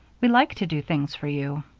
we like to do things for you.